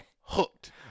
hooked